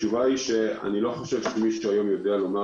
אני לא חושב שיש היום מישהו שיודע לומר